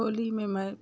होली में मैं